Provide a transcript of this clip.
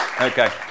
Okay